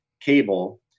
cable